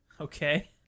Okay